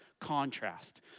contrast